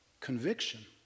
conviction